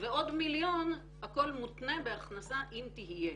ועוד מיליון הכל מותנה בהכנסה, אם תהיה.